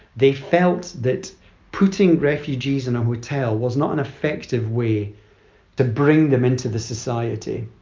they felt that putting refugees in a hotel was not an effective way to bring them into the society.